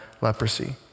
leprosy